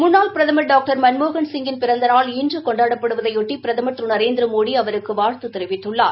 முன்னாள் பிரதமர் டாக்டர் மன்மோகன்சிங்கின் பிறந்த நாள் இன்று கொண்டாடப்படுவதையொட்டி பிரதமர் திரு நரேந்திரமோடி அவருக்கு வாழ்த்து தெரிவித்துள்ளார்